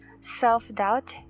self-doubt